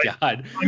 God